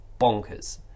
bonkers